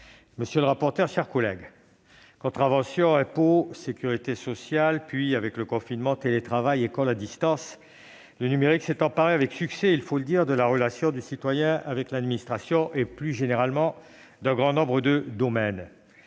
la secrétaire d'État, mes chers collègues, contraventions, impôts, sécurité sociale, puis, avec le confinement, télétravail, école à distance : le numérique s'est emparé avec succès, il faut le dire, de la relation du citoyen avec l'administration et, plus généralement, d'un grand nombre de domaines.